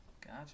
Gotcha